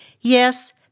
Yes